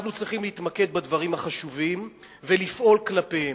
אנחנו צריכים להתמקד בדברים החשובים ולפעול כלפיהם.